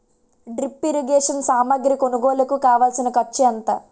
drip irrigation సామాగ్రి కొనుగోలుకు కావాల్సిన ఖర్చు ఎంత